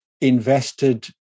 invested